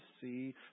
see